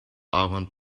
ahorn